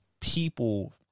people